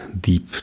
deep